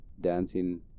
dancing